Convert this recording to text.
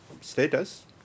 status